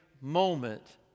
moment